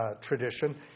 tradition